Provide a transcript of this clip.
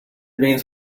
means